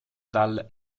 dal